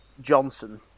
Johnson